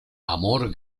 amor